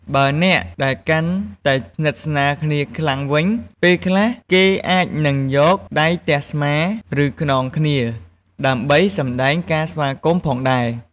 បើអ្នកដែលកាន់តែស្និទ្ធស្នាលគ្នាខ្លាំងវិញ ពេលខ្លះ គេអាចនឹងយកដៃទះស្មា ឬ ខ្នងគ្នា ដើម្បីសម្ដែងការស្វាគមន៍ផងដែរ។